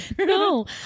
No